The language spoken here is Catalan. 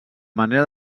manera